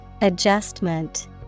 Adjustment